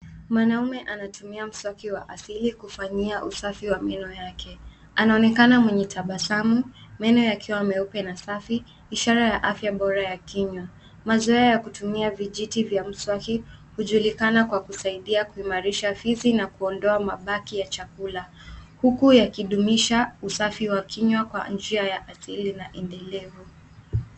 Mwanamume anatumia mswaki wa asili kufanyia usafi wa meno yake. Anaonekana mwenye tabasamu, meno yakiwa meupe na safi, ishara ya afya bora ya kinywa. Mazoea ya kutumia vijiti vya mswaki hujulikana kwa kusaidia kuimarisha fizi na kuondoa mabaki ya chakula, huku yakidumisha usafi wa kinywa kwa njia ya asili na endelevu.